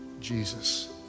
Jesus